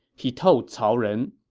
he told cao ren,